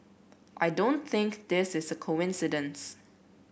I don't think this is a coincidence